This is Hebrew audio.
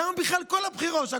למה בכלל כל הבחירות?